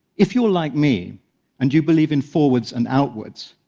if you're like me and you believe in forwards and outwards,